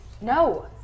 No